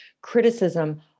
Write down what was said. Criticism